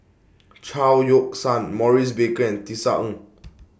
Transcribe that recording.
Chao Yoke San Maurice Baker and Tisa Ng